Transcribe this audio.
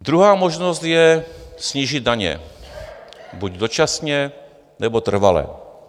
Druhá možnost je snížit daně buď dočasně, nebo trvale.